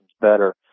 better